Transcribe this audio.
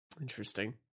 Interesting